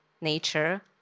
nature